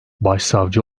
başsavcı